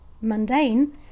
mundane